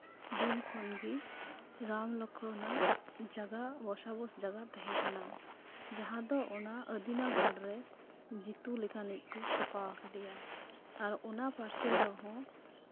ᱫᱤᱱ ᱠᱷᱚᱱᱜᱮ ᱨᱟᱢ ᱞᱚᱠᱠᱷᱚᱱ ᱟᱜ ᱡᱟᱭᱜᱟ ᱵᱚᱥᱚᱵᱟᱥ ᱡᱟᱭᱜᱟ ᱛᱟᱦᱮᱸ ᱠᱟᱱᱟ ᱡᱟᱦᱟᱸ ᱫᱚ ᱚᱱᱟ ᱟᱹᱫᱤᱱᱟ ᱜᱟᱲ ᱨᱮ ᱡᱤᱛᱩ ᱞᱤᱠᱟᱱᱤᱡ ᱠᱚ ᱛᱚᱯᱟᱣ ᱠᱟᱫᱮᱭᱟ ᱟᱨ ᱚᱱᱟ ᱯᱟᱥᱮ ᱨᱮᱦᱚᱸ